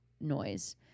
noise